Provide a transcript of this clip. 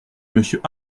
monsieur